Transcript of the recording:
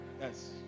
Yes